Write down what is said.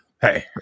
Hey